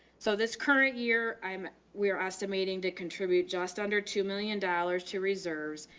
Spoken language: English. so this current year i'm, we're estimating to contribute just under two million dollars to reserves.